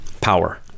power